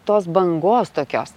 tos bangos tokios